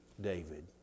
David